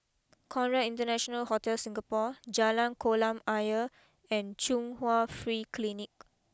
Conrad International Hotel Singapore Jalan Kolam Ayer and Chung Hwa Free Clinic